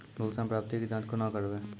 भुगतान प्राप्ति के जाँच कूना करवै?